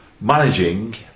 managing